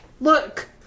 look